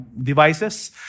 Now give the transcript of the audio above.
devices